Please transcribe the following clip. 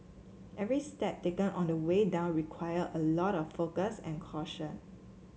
every step taken on the way down required a lot of focus and caution